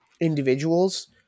individuals